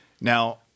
Now